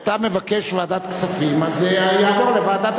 אתה מבקש ועדת הכספים, אז זה יעבור לוועדת